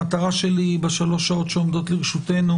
המטרה שלי בשלוש השעות שעומדות לרשותנו